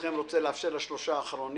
ברשותכם אני רוצה לאפשר לשלושה דוברים